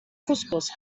kuskus